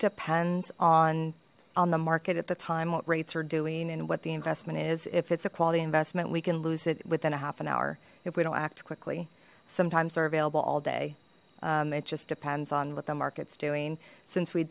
depends on on the market at the time what reits are doing and what the investment is if it's a quality investment we can lose it within a half an hour if we don't act quickly sometimes they're available all day it just depends on what the markets doing since we